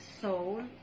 soul